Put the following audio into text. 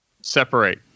separate